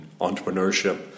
entrepreneurship